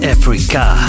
Africa